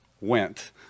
went